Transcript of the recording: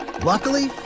Luckily